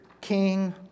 king